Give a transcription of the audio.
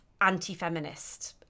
anti-feminist